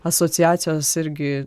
asociacijos irgi